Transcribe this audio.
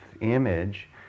image